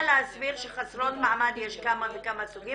להסביר שחסרות מעמד יש כמה וכמה סוגים?